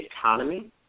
economy